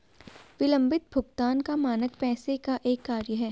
विलम्बित भुगतान का मानक पैसे का एक कार्य है